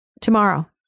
Tomorrow